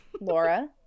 laura